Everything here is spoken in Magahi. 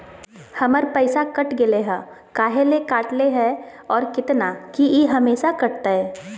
हमर पैसा कट गेलै हैं, काहे ले काटले है और कितना, की ई हमेसा कटतय?